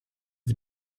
wir